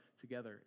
together